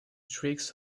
tricks